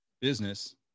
business